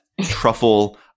truffle